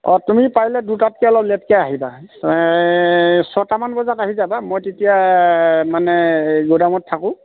অঁ তুমি পাৰিলে দুটাতকে অলপ লেটকে আহিবা ছটামান বজাত আহি যাবা মই তেতিয়া মানে গোদামত থাকোঁ